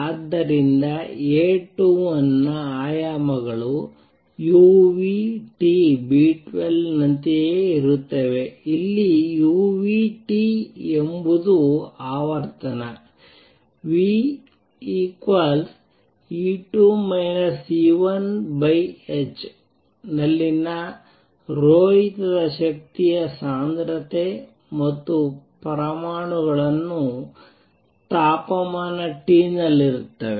ಆದ್ದರಿಂದ A21 ನ ಆಯಾಮಗಳು uTB12 ನಂತೆಯೇ ಇರುತ್ತವೆ ಇಲ್ಲಿ uT ಎಂಬುದು ಆವರ್ತನ E2 E1h ನಲ್ಲಿನ ರೋಹಿತದ ಶಕ್ತಿಯ ಸಾಂದ್ರತೆ ಮತ್ತು ಪರಮಾಣುಗಳು ತಾಪಮಾನ T ನಲ್ಲಿರುತ್ತವೆ